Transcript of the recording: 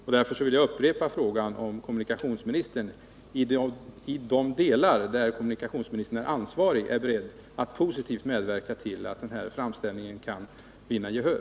Jag upprepar således min fråga om kommunikationsministern i de delar, för vilka kommunikationsministern är ansvarig, är beredd att positivt medverka till att föreningens framställning kan vinna gehör.